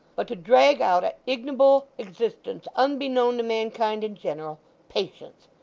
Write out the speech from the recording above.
but to drag out a ignoble existence unbeknown to mankind in general patience!